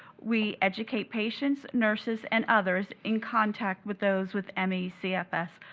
we educate patients, nurses, and others in contact with those with me cfs.